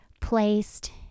placed